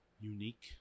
unique